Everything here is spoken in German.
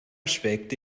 schwelgte